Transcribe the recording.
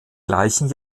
gleichen